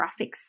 graphics